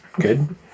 Good